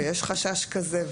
ויש חשש כזה,